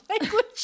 language